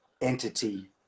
entity